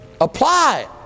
Apply